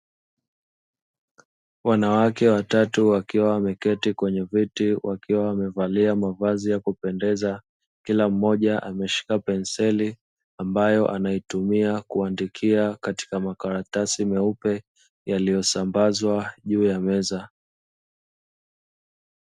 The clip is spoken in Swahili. Wanawake watatu, wakiwa wameketi katika viti wakiwa wamevalia mavazi ya kupendeza, kila mmoja ameshika penseli ambayo anaitumia kuandikia katika makaratasi meupe yaliyosambazwa juu ya meza.